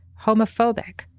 homophobic